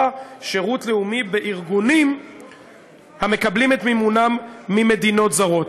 שירות לאומי בארגונים המקבלים את מימונם ממדינות זרות.